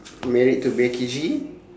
married to becky g